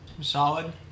solid